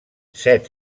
set